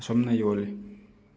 ꯑꯁꯨꯝꯅ ꯌꯣꯜꯂꯤ